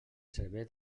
servei